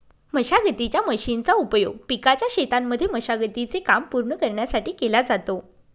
मशागतीच्या मशीनचा उपयोग पिकाच्या शेतांमध्ये मशागती चे काम पूर्ण करण्यासाठी केला जातो